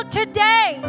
today